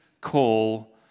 call